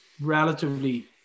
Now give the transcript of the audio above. relatively